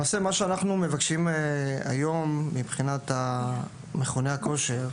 למעשה מה שאנחנו מבקשים היום מבחינת מכוני הכושר,